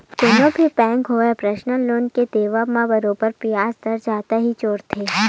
कोनो भी बेंक होवय परसनल लोन के देवब म बरोबर बियाज दर जादा ही जोड़थे